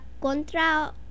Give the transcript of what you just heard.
contra